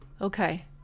Okay